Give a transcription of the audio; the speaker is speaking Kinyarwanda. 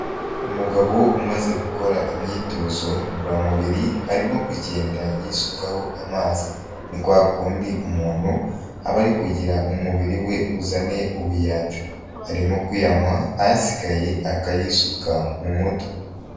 Umugabo umaze gukora imyitozo ngororamubiri, arimo kugenda yisukaho amazi ni kwa kundi umuntu aba ari kugira umubiri we uzane ubuyanja, arimo kuyanywa asigaye akayisuka mu mutwe.